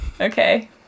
okay